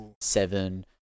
Seven